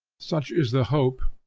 such is the hope,